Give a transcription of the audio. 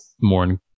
more